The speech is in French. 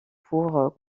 pour